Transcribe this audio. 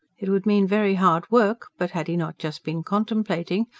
it would mean very hard work but had he not just been contemplating,